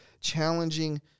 challenging